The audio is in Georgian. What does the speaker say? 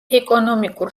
ეკონომიკურ